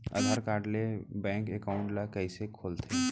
आधार card ले bank account ल कइसे खोलथे?